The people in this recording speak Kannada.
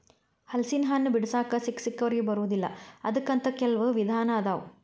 ಹಲಸಿನಹಣ್ಣ ಬಿಡಿಸಾಕ ಸಿಕ್ಕಸಿಕ್ಕವರಿಗೆ ಬರುದಿಲ್ಲಾ ಅದಕ್ಕ ಅಂತ ಕೆಲ್ವ ವಿಧಾನ ಅದಾವ